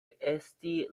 esti